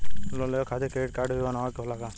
Loan लेवे खातिर credit काडे भी बनवावे के होला?